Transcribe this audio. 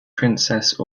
princess